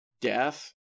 death